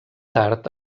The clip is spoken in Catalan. tard